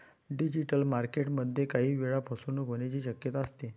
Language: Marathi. डिजिटल मार्केटिंग मध्ये काही वेळा फसवणूक होण्याची शक्यता असते